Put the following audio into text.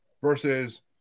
Versus